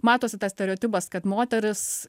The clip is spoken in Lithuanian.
matosi tas stereotipas kad moteris